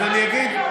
שנייה.